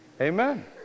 Amen